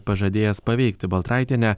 pažadėjęs paveikti baltraitienę